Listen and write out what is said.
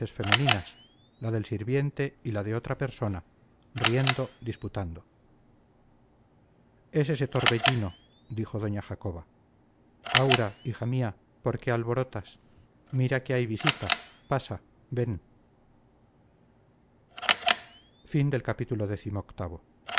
femeninas la del sirviente y la de otra persona riñendo disputando es ese torbellino dijo doña jacoba aura hija mía por qué alborotas mira que hay visita pasa ven